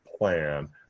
plan